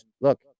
look